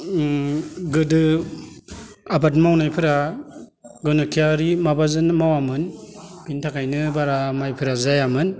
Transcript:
गोदो आबाद मावनायफोरा गोनोखोआरि माबाजों मावामोन बेनिथाखायनो बारा माइफोरा जायामोन